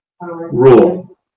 rule